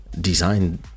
design